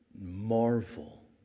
marvel